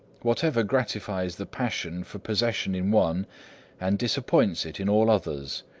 whatever gratifies the passion for possession in one and disappoints it in all others.